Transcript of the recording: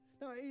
No